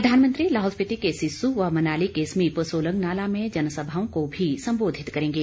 प्रधानमंत्री लाहौल स्पीति के सिस्सू व मनाली के समीप सोलंग नाला में जनसभाओं को भी संबोधित करेंगे